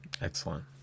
Excellent